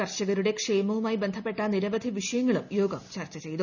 കർഷകരുടെ ക്ഷേമവുമായി ബന്ധപ്പെട്ട നിരവധി വിഷയങ്ങളും യോഗം ചർച്ച ചെയ്തു